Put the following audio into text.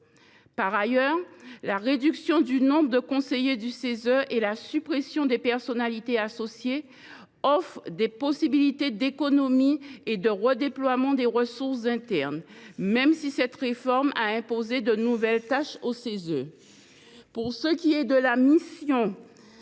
en outre que « la réduction du nombre de conseillers et la suppression des personnalités associées […] offrent des possibilités d’économie et de redéploiement des ressources internes, même si cette réforme a imposé de nouvelles tâches au Cese ». Pour ce qui est du programme